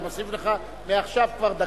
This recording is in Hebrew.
נוסיף לך כבר מעכשיו דקה.